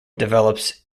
develops